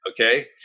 Okay